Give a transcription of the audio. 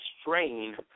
strain